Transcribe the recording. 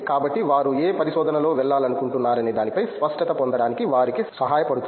కాబట్టి వారు ఏ పరిశోధనలో వెళ్లాలనుకుంటున్నారనే దానిపై స్పష్టత పొందడానికి వారికి సహాయపడుతుంది